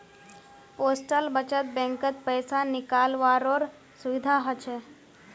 postal बचत बैंकत पैसा निकालावारो सुविधा हछ